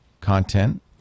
Content